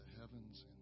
heavens